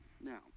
Now